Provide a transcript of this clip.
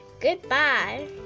goodbye